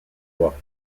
doit